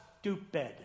stupid